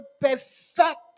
perfect